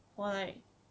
for like